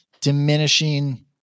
diminishing